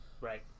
Right